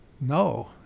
no